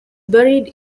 buried